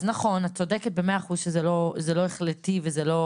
אז נכון, את צודקת ב-100 אחוז שזה לא החלטי וזה לא